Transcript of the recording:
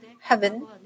heaven